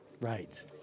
Right